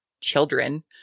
children